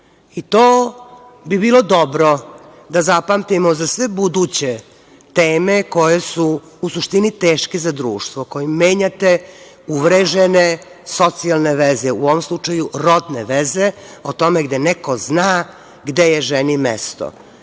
I to bi bilo dobro da zapamtimo za sve buduće teme koje su u suštini teške za društvo, kojim menjate uvrežene socijalne veze, u ovom slučaju rodne veze, o tome da neko zna gde je ženi mesto. To